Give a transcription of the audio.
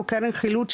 קרן חילוט,